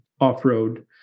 off-road